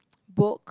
book